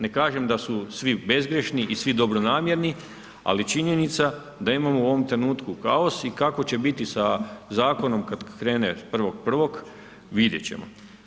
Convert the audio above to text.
Ne kažem da su svi bezgrešni i da svi dobronamjerni ali činjenica da imamo u ovom trenutku kaos i kako će biti sa zakonom kad krene 1.1., vidjet ćemo.